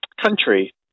country